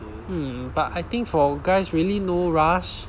mm but I think for guys really no rush